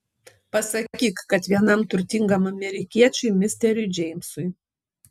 pasakyk kad vienam turtingam amerikiečiui misteriui džeimsui